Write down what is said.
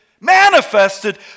manifested